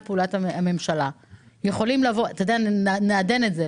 פעולת הממשלה יכולים לבוא - נעדן את זה,